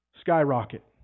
skyrocket